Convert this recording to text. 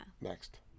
next